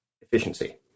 efficiency